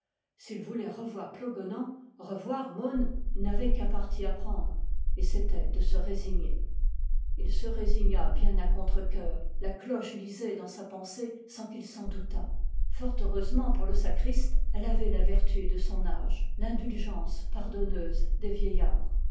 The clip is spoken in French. s'il voulait revoir plogonan revoir mon il n'avait qu'un parti à prendre et c'était de se résigner il se résigna bien à contre-cœur la cloche lisait dans sa pensée sans qu'il s'en doutât fort heureusement pour le sacriste elle avait la vertu de son age l'indulgence pardonneuse des vieillards